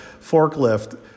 forklift